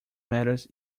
matters